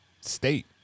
state